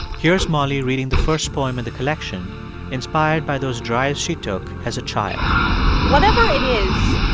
here's molly reading the first poem in the collection inspired by those drives she took as a child whatever it is,